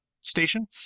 Station